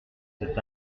cet